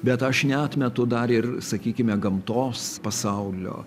bet aš neatmetu dar ir sakykime gamtos pasaulio